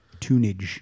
tunage